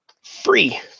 free